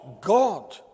God